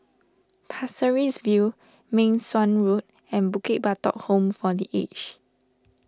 Pasir Ris View Meng Suan Road and Bukit Batok Home for the Aged